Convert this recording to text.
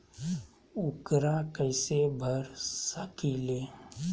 ऊकरा कैसे भर सकीले?